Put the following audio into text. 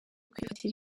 kwifatira